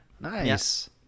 Nice